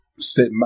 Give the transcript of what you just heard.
Sit